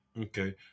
Okay